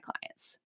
clients